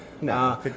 No